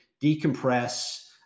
decompress